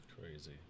Crazy